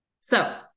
So-